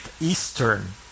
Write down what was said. Eastern